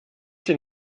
den